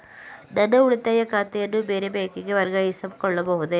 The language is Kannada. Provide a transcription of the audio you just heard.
ನನ್ನ ಉಳಿತಾಯ ಖಾತೆಯನ್ನು ಬೇರೆ ಬ್ಯಾಂಕಿಗೆ ವರ್ಗಾಯಿಸಿಕೊಳ್ಳಬಹುದೇ?